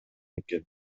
экен